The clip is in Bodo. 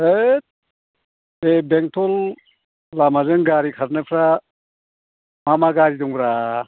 हैद बै बेंथ'ल लामाजों गारि खारनायफ्रा मा मा गारि दंब्रा